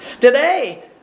Today